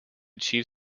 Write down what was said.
chief